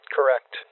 Correct